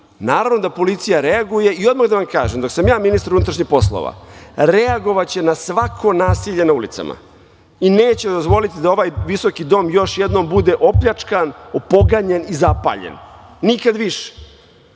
naravno da policija reaguje. Odmah da vam kažem, dok sam ja ministar unutrašnjih poslova, reagovaće na svako nasilje na ulicama i neće dozvoliti da ovaj visoki dom još jednom bude opljačkan, opoganjen i zapaljen. Nikad više. Oni